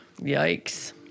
Yikes